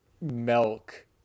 milk